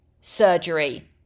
Surgery